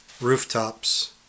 rooftops